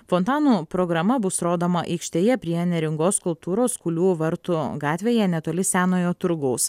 fontanų programa bus rodoma aikštėje prie neringos skulptūros kulių vartų gatvėje netoli senojo turgaus